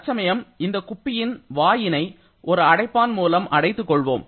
தற்சமயம் இந்த குப்பியின் வாயினை ஒரு அடைப்பான் மூலம் அடைத்து கொள்கிறோம்